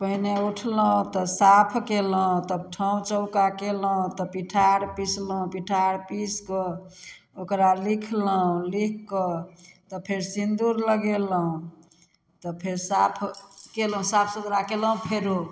पहिने उठलहुँ तऽ साफ कयलहुँ तब ठाँउ चौका कयलहुँ तऽ पीठार पीसलहुँ पीठार पीस कऽ ओकरा लिखलहुँ लिख कऽ तऽ फेर सिंदूर लगेलहुँ तऽ फेर साफ कयलहुँ साफ सुथरा कयलहुँ फेरो